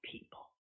people